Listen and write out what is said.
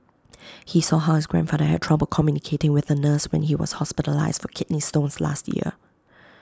he saw how his grandfather had trouble communicating with A nurse when he was hospitalised for kidney stones last year